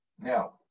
Now